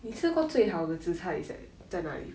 你吃过最好的 zi char is at 在哪里